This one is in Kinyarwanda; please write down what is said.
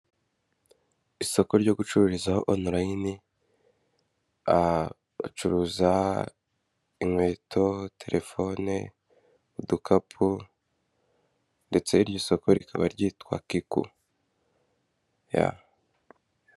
Isoko ryo gucururizaho online. Ucuruza inkweto, telefone, udukapu ndetse iryo soko rikaba ryitwa kiku.